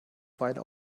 weile